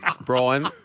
Brian